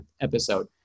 episode